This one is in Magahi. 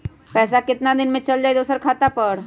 पैसा कितना दिन में चल जाई दुसर खाता पर?